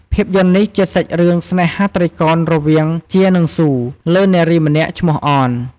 ភាពយន្តនេះជាសាច់រឿងស្នេហាត្រីកោណរវាងជា និងស៊ូ លើនារីម្នាក់ឈ្មោះ អន ។